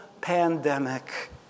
pandemic